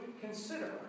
consider